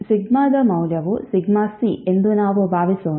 ಸಿಗ್ಮಾದ ಮೌಲ್ಯವು sigma c ಎಂದು ನಾವು ಭಾವಿಸೋಣ